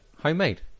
Homemade